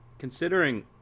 Considering